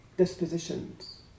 Dispositions